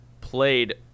played